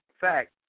fact